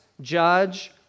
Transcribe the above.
judge